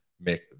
make